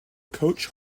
coach